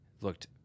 Looked